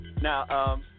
Now